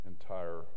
entire